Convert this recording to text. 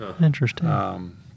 Interesting